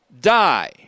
die